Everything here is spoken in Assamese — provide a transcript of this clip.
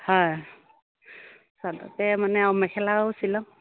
হয় মানে আৰু মেখেলাও চিলাওঁ